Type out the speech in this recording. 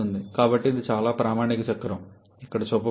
కాబట్టి ఇది చాలా ప్రామాణిక చక్రం ఇక్కడ చూపబడింది